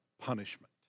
punishment